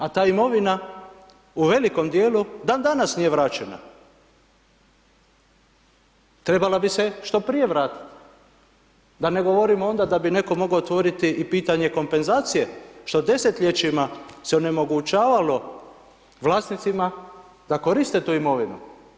A ta imovina u velikom dijelu dan danas nije vraćena, trebala bi se što prije vratiti, da ne govorim da da bi netko mogao otvoriti i pitanje kompenzacije, što desetljećima se onemogućavalo vlasnicima da koriste tu imovinu.